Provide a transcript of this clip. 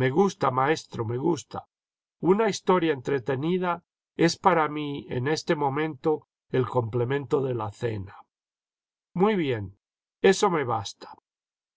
me gusta maestro me gusta una historia entretenida es para mí en este momento el complemento de la cena muy bien eso me basta